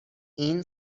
این